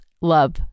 love